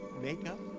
Makeup